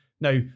now